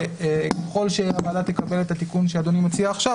ככל שהוועדה תקבל את התיקון שאדוני מציע עכשיו,